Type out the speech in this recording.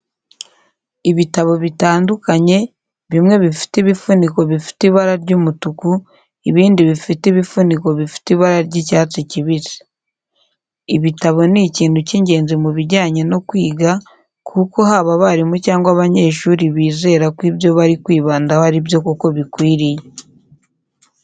Ibitabo bitandukanye, bimwe bifite ibifuniko bifite ibara ry'umutuku, ibindi bifite ibifuniko bifite ibara ry'icyatsi kibisi. Ibitabo ni ikintu cy'ingenzi mu bijyanye no kwiga kuko haba abarimu cyangwa abanyeshuri bizera ko ibyo bari kwibandaho ari byo koko bikwiriye.